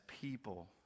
people